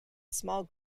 small